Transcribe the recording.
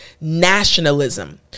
nationalism